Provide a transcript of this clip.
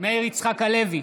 מאיר יצחק הלוי,